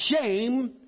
shame